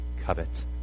covet